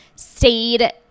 stayed